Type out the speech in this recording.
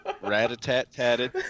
rat-a-tat-tatted